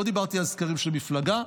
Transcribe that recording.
לא דיברתי על סקרים של מפלגה,